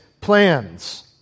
plans